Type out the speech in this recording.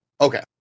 Okay